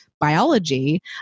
biology